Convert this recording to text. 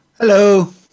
Hello